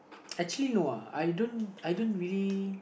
actually no uh I don't I don't really